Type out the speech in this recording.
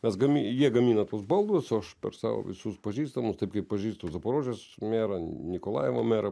mezgami jie gamina tuos baldus o aš per savo visus pažįstamus taip kaip pažįstu zaporožės merą nikolajevo merą